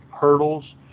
hurdles